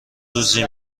روزی